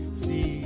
see